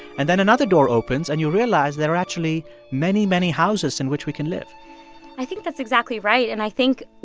and then another door opens, and you realize there are actually many, many houses in which we can live i think that's exactly right. and i think,